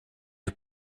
who